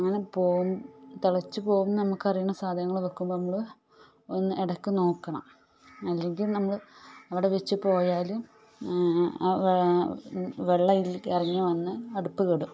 അങ്ങനെ തിളച്ചു പോകുമെന്ന് നമുക്കറിയാവുന്ന സാധനങ്ങൾ വയ്ക്കുമ്പോൾ നമ്മൾ ഒന്ന് ഇടയ്ക്ക് നോക്കണം അല്ലെങ്കിൽ നമ്മൾ അവിടെ വച്ചു പോയാൽ ആ വെള്ളം ഇറങ്ങി വന്ന് അടുപ്പ് കെടും